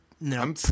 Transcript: No